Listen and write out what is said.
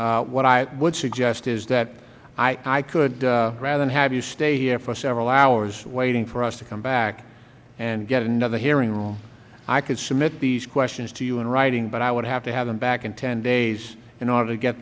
you what i would suggest is that i could rather than have you stay here for several hours waiting for us to come back and get in another hearing room i could submit these questions to you in writing but i would have to have them back in ten days in order to get